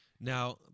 Now